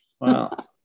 Wow